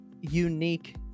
unique